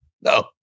No